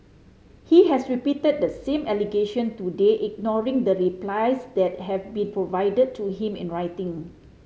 he has repeated the same allegation today ignoring the replies that have been provided to him in writing